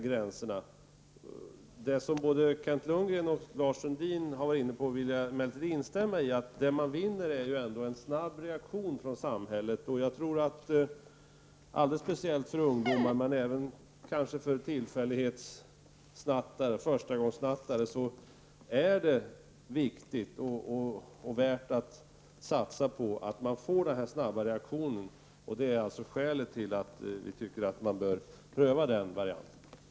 Jag vill emellertid instämma i vad både Kent Lundgren och Lars Sundin var inne på, nämligen detta att man ändå vinner på en snabb reaktion från samhällets sida. Speciellt för ungdomar och kanske också för förstagångssnattare är det viktigt att det blir en snabb reaktion. Detta är alltså skälet till att vi anser att den här ordningen bör prövas.